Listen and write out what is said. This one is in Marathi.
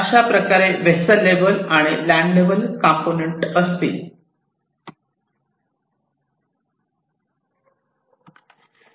अशाप्रकारे वेस्सेल लेवल आणि लँड लेवल कंपोनेंट असतील